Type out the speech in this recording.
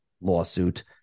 lawsuit